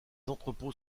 entrepôts